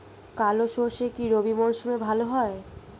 কালো সরষে কি রবি মরশুমে ভালো হয়?